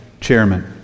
chairman